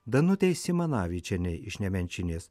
danutei simanavičienei iš nemenčinės